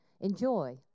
enjoy